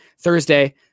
Thursday